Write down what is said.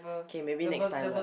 k maybe next time lah